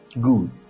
Good